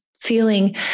feeling